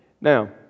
now